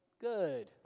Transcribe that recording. good